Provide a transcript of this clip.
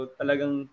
talagang